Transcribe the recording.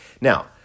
Now